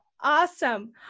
Awesome